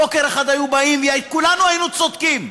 בוקר אחד היו באים, כולנו היינו צודקים,